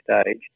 stage